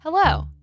Hello